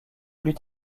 plus